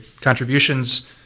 contributions